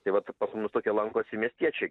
tai vat pas mus tokie lankosi miestiečiai